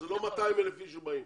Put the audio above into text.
זה לא 200,000 איש שבאים,